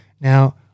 now